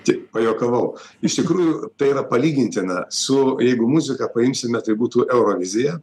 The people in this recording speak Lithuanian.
tik pajuokavau iš tikrųjų tai yra palygintina su jeigu muziką paimsime tai būtų eurovizija